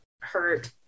hurt